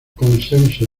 consenso